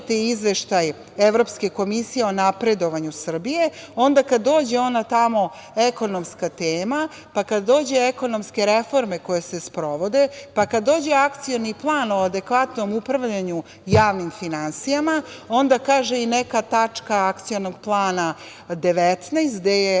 izveštaj Evropske komisije o napredovanju Srbije, onda kada dođe ona tamo ekonomska tema, pa kada dođu ekonomske reforme koje se sprovode, pa kada dođe Akcioni plan o adekvatnom upravljanju javnim finansijama, onda kaže i neka tačka akcionog plana 19. gde je